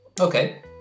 Okay